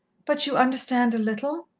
but you understand a little?